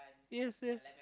yes yes